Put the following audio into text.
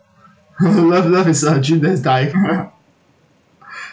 love love is a dream that is dying ah